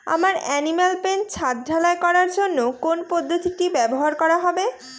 আমার animal pen ছাদ ঢালাই করার জন্য কোন পদ্ধতিটি ব্যবহার করা হবে?